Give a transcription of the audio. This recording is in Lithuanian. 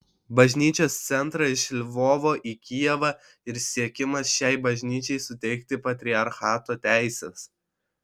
bažnyčios centrą iš lvovo į kijevą ir siekimas šiai bažnyčiai suteikti patriarchato teises